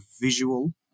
visual